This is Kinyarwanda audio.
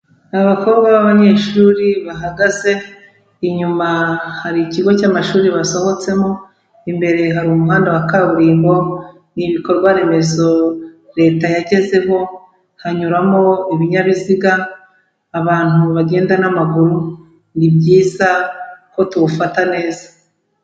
Abakobwa b'abanyeshuri bahagaze, inyuma hari ikigo cy'amashuri basohotsemo, imbere hari umuhanda wa kaburimbo ni ibikorwa remezo Leta yagezeho, hanyuramo ibinyabiziga, abantu bagenda n'amaguru, ni byiza ko tuwufata neza.